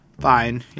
fine